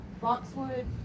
boxwood